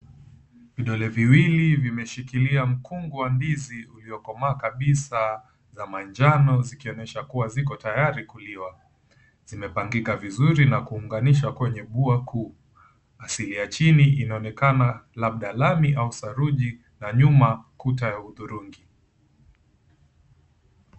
Vidole viwili vimeshikilia mkungu wa ndizi uliokomaa kabisa za manjano zikionyesha kuwa ziko tayari kuliwa. Zimepangika vizuri na kuunganishwa kwenye bua kuu. Asili ya chini inaonekana labda lami au saruji na nyuma, kuta ya hudhurungi.